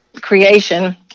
creation